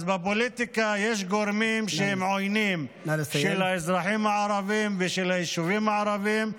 אז בפוליטיקה יש גורמים שהם עוינים לאזרחים הערבים וליישובים הערביים.